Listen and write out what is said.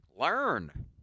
Learn